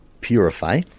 Purify